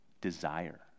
Desire